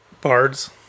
Bards